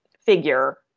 figure